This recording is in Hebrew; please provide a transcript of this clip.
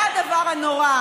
הן הדבר הנורא.